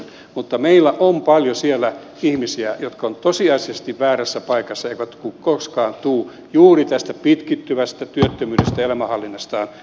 mutta meillä on paljon siellä ihmisiä jotka ovat tosiasiallisesti väärässä paikassa eivätkä koskaan tule juuri tästä pitkittyvästätyt yhdistelmä oli mistä